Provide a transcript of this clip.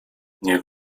niech